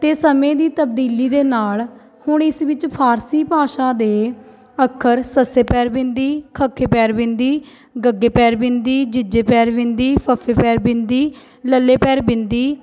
ਅਤੇ ਸਮੇਂ ਦੀ ਤਬਦੀਲੀ ਦੇ ਨਾਲ਼ ਹੁਣ ਇਸ ਵਿੱਚ ਫਾਰਸੀ ਭਾਸ਼ਾ ਦੇ ਅੱਖਰ ਸੱਸੇ ਪੈਰ ਬਿੰਦੀ ਖੱਖੇ ਪੈਰ ਬਿੰਦੀ ਗੱਗੇ ਪੈਰ ਬਿੰਦੀ ਜੱਜੇ ਪੈਰ ਬਿੰਦੀ ਫੱਫੇ ਪੈਰ ਬਿੰਦੀ ਲੱਲੇ ਪੈਰ ਬਿੰਦੀ